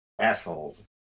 assholes